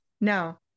Now